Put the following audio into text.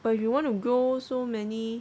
but if you want to go so many